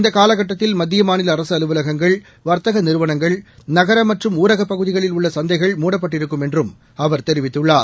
இந்த காலகட்டத்தில் மத்திய மாநில அரசு அலுவலகங்கள் வர்த்தக நிறுவனங்கள் நகர மற்றும் ஊரகப் பகுதிகளில் உள்ள சந்தைகள் மூடப்பட்டிருக்கும் என்றும் அவர் தெரிவித்துள்ளார்